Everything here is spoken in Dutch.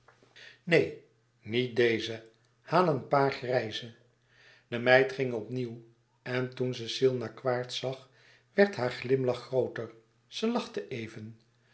neen niet deze haal een paar grijze de meid ging opnieuw en toen cecile naar quaerts zag werd haar glimlach grooter ze lachte even